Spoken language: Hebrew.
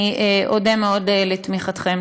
אני אודה מאוד לתמיכתכם.